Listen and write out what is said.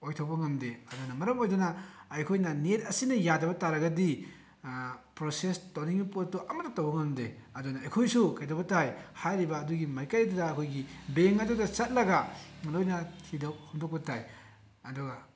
ꯑꯣꯏꯊꯣꯛꯄ ꯉꯝꯗꯦ ꯑꯗꯨꯅ ꯃꯔꯝ ꯑꯣꯏꯗꯨꯅ ꯑꯩꯈꯣꯏꯅ ꯅꯦꯠ ꯑꯁꯤꯅ ꯌꯥꯗꯕ ꯇꯥꯔꯒꯗꯤ ꯄ꯭ꯔꯣꯁꯦꯁ ꯇꯧꯅꯤꯡꯉꯤ ꯄꯣꯠꯇꯣ ꯑꯃꯠꯇ ꯇꯧꯕ ꯉꯝꯗꯦ ꯑꯗꯨꯅ ꯑꯩꯈꯣꯏꯁꯨ ꯀꯩꯗꯧꯅ ꯇꯥꯏ ꯍꯥꯏꯔꯤꯕ ꯑꯗꯨꯒꯤ ꯃꯥꯏꯀꯩꯗꯨꯗ ꯑꯩꯈꯣꯏꯒꯤ ꯕꯦꯡ ꯑꯗꯨꯗ ꯆꯠꯂꯒ ꯂꯣꯏꯅ ꯊꯤꯗꯣꯛ ꯈꯪꯗꯣꯛꯄ ꯇꯥꯏ ꯑꯗꯨꯒ